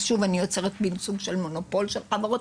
אז אני יוצרת מן סוג של מונופול של חברות,